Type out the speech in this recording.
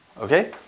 Okay